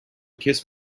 kiss